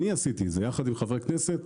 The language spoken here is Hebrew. אני עשיתי את זה יחד עם חברי כנסת,